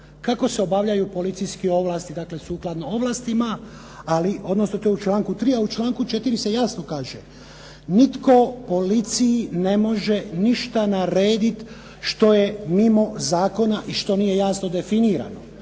kako se obavljaju policijske ovlasti dakle, sukladno ovlastima, odnosno to je u članku 3. a u članku 4. se jasno kaže, nitko policiji ne može ništa narediti što je mimo zakona i što nije jasno definirano.